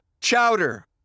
Chowder